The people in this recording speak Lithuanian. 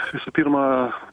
visų pirma